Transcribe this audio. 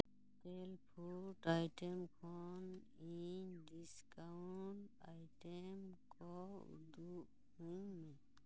ᱮᱥᱴᱮᱢ food item ᱠᱷᱚᱱ ᱤᱧ discount item ᱠᱚ ᱩᱫᱩᱜ ᱟᱹᱧ ᱢᱮ